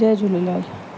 Jay Jhulelal